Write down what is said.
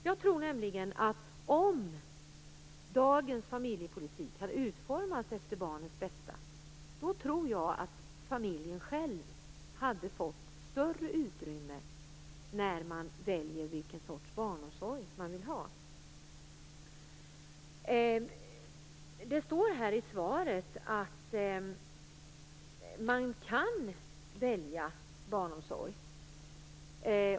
Jag tror nämligen att om dagens familjepolitik hade utformats efter barnens bästa, hade familjen själv fått större utrymme att välja den barnomsorg den vill ha. Det står i svaret att man kan välja barnomsorg.